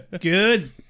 good